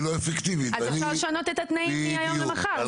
אז אפשר לשנות את התנאים מהיום למחר,